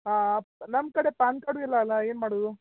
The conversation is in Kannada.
ಹಾಂ ನಮ್ಮ ಕಡೆ ಪಾನ್ ಕಾರ್ಡು ಇಲ್ಲಲ್ಲ ಏನು ಮಾಡುವುದು